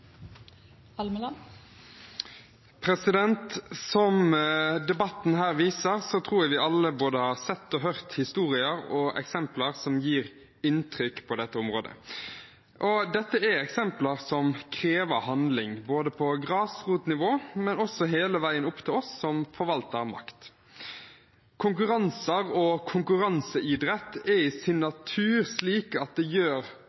til. Som debatten viser, tror jeg vi alle både har sett eksempler og hørt historier som gjør inntrykk på dette området. Dette er eksempler som krever handling – både på grasrotnivå og hele veien opp til oss som forvalter makt. Konkurranse og konkurranseidrett er i sin natur slik at det gjør